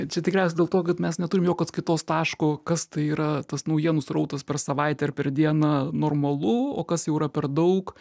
čia tikriausiai dėl to kad mes neturim jokio atskaitos taško kas tai yra tas naujienų srautas per savaitę ar per dieną normalu o kas jau yra per daug